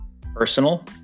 personal